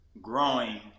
growing